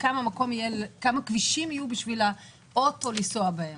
כמה כבישים יהיו בשביל האוטו לנסוע בהם.